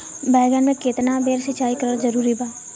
बैगन में केतना बेर सिचाई करल जरूरी बा?